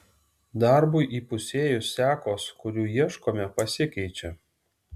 darbui įpusėjus sekos kurių ieškome pasikeičia